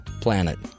planet